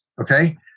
Okay